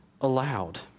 allowed